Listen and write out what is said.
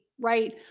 Right